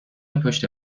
پشت